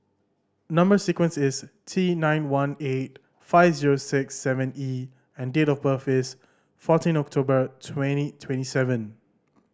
number sequence is T nine one eight five zero six seven E and date of birth is fourteen October twenty twenty seven